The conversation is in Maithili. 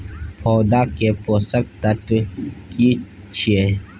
पौधा के पोषक तत्व की छिये?